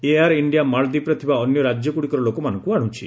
air India ମାଳଦୀପରେ ଥିବା ଅନ୍ୟ ରାଜ୍ୟଗୁଡ଼ିକର ଲୋକମାନଙ୍କୁ ଆଣୁଛି